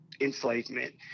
enslavement